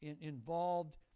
involved